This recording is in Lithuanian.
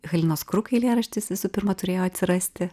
halinos krug eilėraštis visų pirma turėjo atsirasti